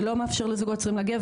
זה לא מאפשר לזוגות צעירים להגיע.